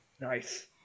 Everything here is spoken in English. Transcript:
Nice